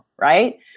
Right